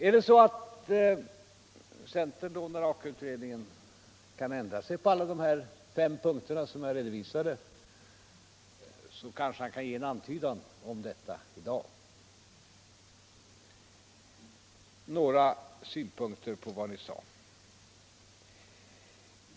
Är det så att centern, när Aka-utredningen kommer, kan ändra sig på alla de här fem punkterna som jag redovisade, så kanske han kan ge en antydan om detta i dag. Sedan några synpunkter på vad vi sade.